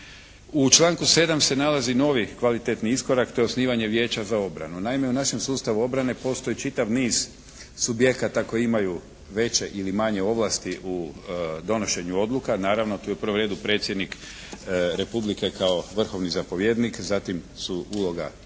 U članku 7. se nalazi novi kvalitetan iskorak, to je osnivanje Vijeća za obranu. Naime u našem sustavu obrane postoji čitav niz subjekata koji imaju veće ili manje ovlasti u donošenju odluka, naravno to je u prvom redu predsjednik Republike kao vrhovni zapovjednik, zatim su uloga Vlade,